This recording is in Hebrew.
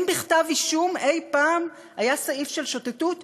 האם בכתב אישום אי-פעם היה סעיף של שוטטות?